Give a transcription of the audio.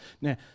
now